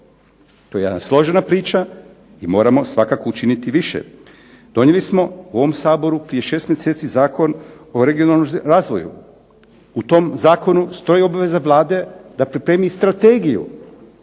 to je jedna složena priča i moramo svakako učiniti više. Donijeli smo u ovom Saboru prije 6 mjeseci Zakon o regionalnom razvoju, u tom zakonu stoji obaveza Vlade da pripremi strategiju